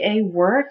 work